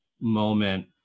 moment